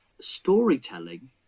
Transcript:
storytelling